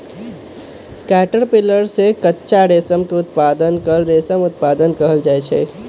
caterpillar से कच्चा रेशम के उत्पादन के रेशम उत्पादन कहल जाई छई